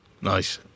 Nice